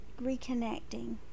reconnecting